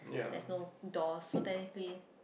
that's no doors so technically